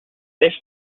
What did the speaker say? they